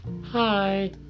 Hi